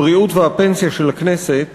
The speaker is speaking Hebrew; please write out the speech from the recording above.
הבריאות והפנסיה של הכנסת